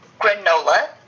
granola